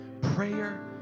Prayer